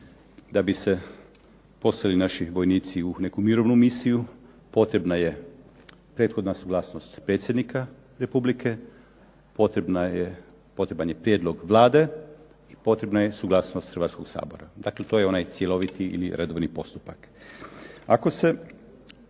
da bi se poslali naši vojnici u neku mirovnu misiju, potrebna je prethodna suglasnost predsjednika Republike, potreban je prijedlog Vlade, potrebna je suglasnost Hrvatskog sabora. Dakle to je onaj cjeloviti ili redovni postupak. Ako se